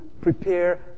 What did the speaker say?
prepare